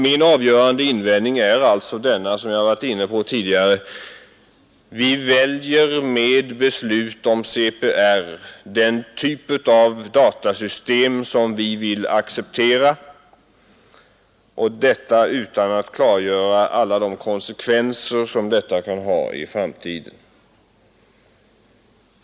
Min avgörande invändning mot förslaget är den som jag har varit inne på tidigare: Vi väljer med beslut om CPR den typ av datasystem som vi vill acceptera, och detta utan att klargöra alla de konsekvenser som det kan få i framtiden.